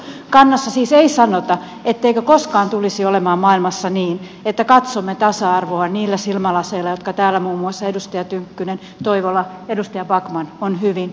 kannassa siis ei sanota etteikö koskaan tulisi olemaan maailmassa niin että katsomme tasa arvoa niillä silmälaseilla jotka täällä muun muassa edustajat tynkkynen toivola backman ovat hyvin kuvailleet